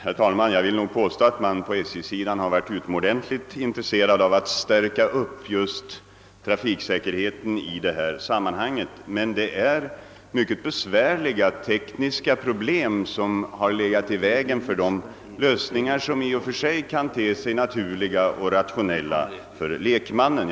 Herr talman! Jag vill nog påstå att man inom SJ varit utomordentligt intresserad av att stärka trafiksäkerheten i detta sammanhang. Men det är mycket besvärliga tekniska problem som har legat i vägen för de lösningar, vilka i och för sig kan te sig naturliga och rationella för lekmannen.